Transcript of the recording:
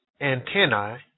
antennae